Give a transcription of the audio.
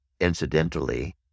incidentally